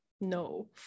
no